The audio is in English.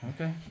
Okay